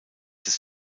des